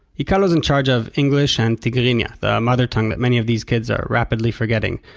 yikealo's in charge of english and tigrinya the mother tongue that many of these kids are rapidly forgetting.